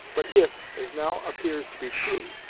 but if, as now appears to be true,